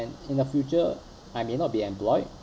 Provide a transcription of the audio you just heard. and in the future I may not be employed